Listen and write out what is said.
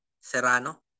Serrano